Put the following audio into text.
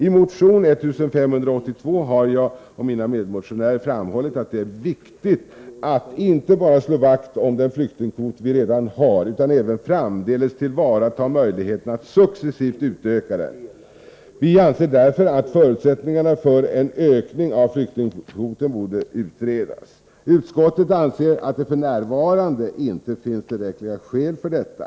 I motion 1582 har jag och mina medmotionärer framhållit att det är viktigt att inte bara slå vakt om den flyktingkvot vi redan har utan även framdeles tillvarata möjligheterna att successivt utöka den. Vi anser därför att förutsättningarna för en ökning av flyktingkvoten borde utredas. Utskottet anser att det f.n. inte finns tillräckliga skäl för detta.